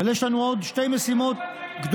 אבל יש לנו עוד שתי משימות גדולות,